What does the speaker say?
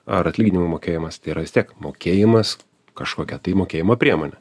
ar atlyginimų mokėjimas tai yra vistiek mokėjimas kažkokia tai mokėjimo priemone